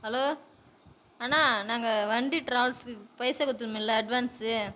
hello அண்ணா நாங்கள் வண்டி ட்ராவல்ஸுக்கு பைசா கொடுத்தோமில்ல அட்வான்ஸு